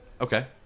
Okay